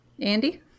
andy